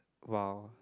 !wow!